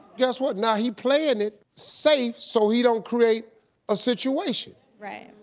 guess what now? he playing it safe, so he don't create a situation. right.